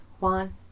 Juan